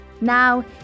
Now